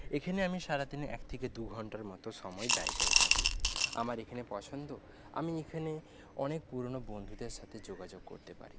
এখানে আমি সারাদিনে এক থেকে দু ঘণ্টার মতো সময় ব্যয় করে থাকি আমার এখানে পছন্দ আমি এখানে অনেক পুরোনো বন্ধুদের সাথে যোগাযোগ করতে পারি